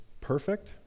perfect